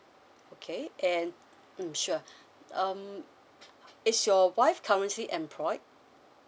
okay and sure um is your wife currently employed